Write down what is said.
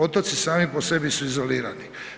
Otoci sami po sebi su izolirani.